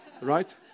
Right